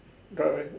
got right